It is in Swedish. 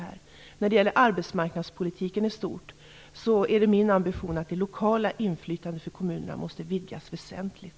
När det gäller arbetsmarknadspolitiken i stort är det min ambition att det lokala inflytandet för kommunerna måste vidgas väsentligt.